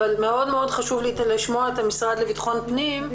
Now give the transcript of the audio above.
חשוב לי לשמוע את המשרד לביטחון פנים,